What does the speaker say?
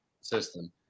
system